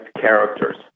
characters